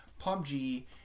PUBG